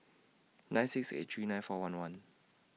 nine six eight three nine four one one